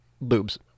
boobs